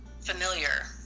familiar